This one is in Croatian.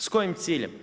S kojim ciljem?